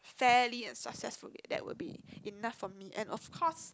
fairly and successfully that would be enough for me and of course